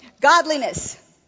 Godliness